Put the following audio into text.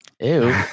Ew